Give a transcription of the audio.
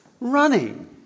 running